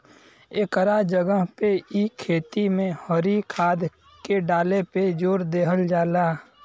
एकरा जगह पे इ खेती में हरी खाद के डाले पे जोर देहल जाला